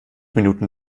minuten